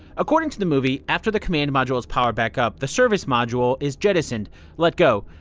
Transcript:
according to the movie, after the command module is powered back up, the service module is jettisoned let go,